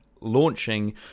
launching